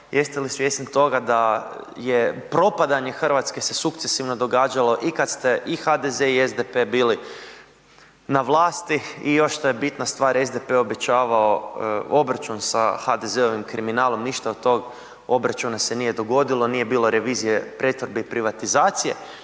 jeste li svjesni toga da je propadanje Hrvatske se sukcesivno događalo i kad ste i HDZ i SDP bili na vlasti. I još šta je bitna stvar, SDP je obećavao obračun sa HDZ-ovim kriminalom, ništa od tog obračuna se nije dogodilo, nije bila revizija pretvorbi i privatizacije.